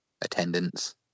attendance